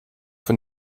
von